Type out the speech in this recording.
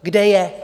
Kde je?